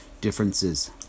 differences